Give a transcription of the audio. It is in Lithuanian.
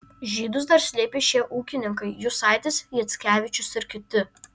žydus dar slėpė šie ūkininkai jusaitis jackevičius ir kiti